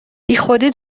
بیخودی